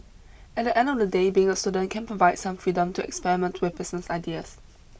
at the end of the day being a student can provide some freedom to experiment with business ideas